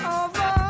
over